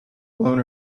blown